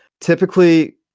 Typically